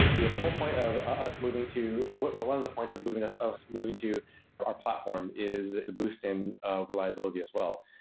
you know the whole point of us moving to one of the points of ah us moving to our platform is the boost in reliability as well.